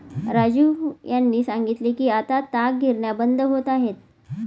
राजीव यांनी सांगितले की आता ताग गिरण्या बंद होत आहेत